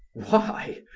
why?